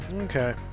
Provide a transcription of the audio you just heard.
Okay